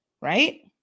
right